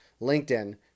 LinkedIn